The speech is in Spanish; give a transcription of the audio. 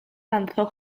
lanzó